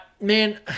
Man